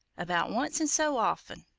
about once in so often!